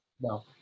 No